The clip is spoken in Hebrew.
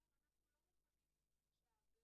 ברוך השם, יש הרבה